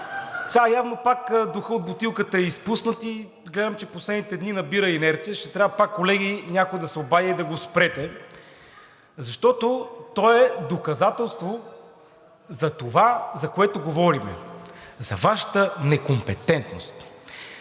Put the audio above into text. Сега явно пак духът от бутилката е изпуснат и гледам, че в последните дни набира инерция и ще трябва пак, колеги, да се обади и да го спрете. Защото той е доказателство за това, за което говорихме – Вашата некомпетентност.